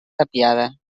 tapiada